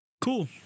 Cool